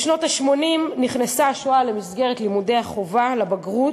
בשנות ה-80 נכנסה השואה למסגרת לימודי החובה לבגרות,